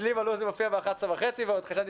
אצלי בלו"ז זה מופיע ב-11:30 ועוד חשבתי